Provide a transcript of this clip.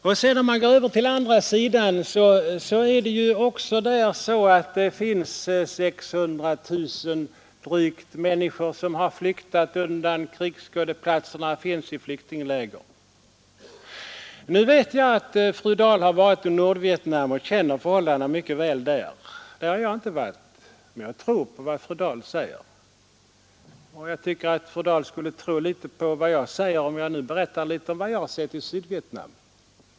Om man går över till den andra sidan kan man konstatera, att där finns drygt 600 000 människor som flytt från krigsskådeplatserna och nu befinner sig i flyktingläger. Jag vet att fru Dahl har varit i Nordvietnam och väl känner förhållandena där. Jag har inte varit där, men jag tror på vad fru Dahl säger. Jag tycker att fru Dahl skulle tro litet på vad jag säger, om jag nu berättar något om vad jag har sett i Sydvietnam.